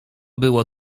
było